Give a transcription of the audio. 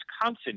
Wisconsin